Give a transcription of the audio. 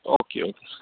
okay okay